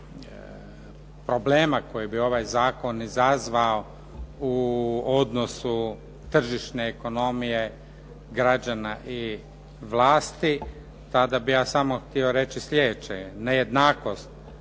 problema koje bi ovaj zakon izazvao u odnosu tržišne ekonomije građana i vlasti tada bih ja samo htio reći sljedeće. Nejednakost